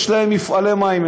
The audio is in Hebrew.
יש להן מפעלי מים.